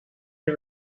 the